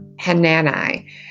Hanani